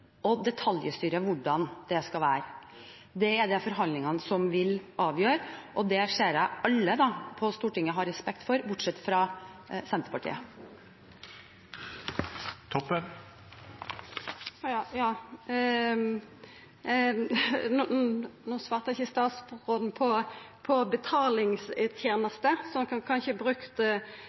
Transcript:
og detaljstyrer hvordan det skal være. Det er det forhandlingene som vil avgjøre. Det ser jeg at alle på Stortinget har respekt for – bortsett fra Senterpartiet. No svarte ikkje statsråden på spørsmålet om betalingstenester, så eg får ikkje brukt